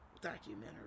documentary